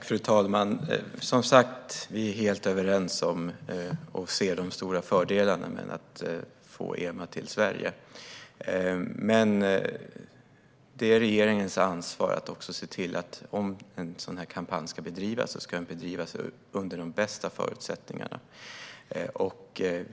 Fru talman! Som sagt, vi är helt överens om de stora fördelarna med att få EMA till Sverige. Det är regeringens ansvar att se till att om en sådan här kampanj ska bedrivas ska den bedrivas under de bästa förutsättningar.